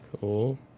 Cool